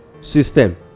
system